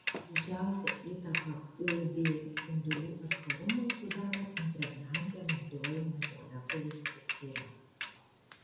didžiausią įtaką uv spindulių atsparumui sudaro impregnante naudojamų molekulių struktūra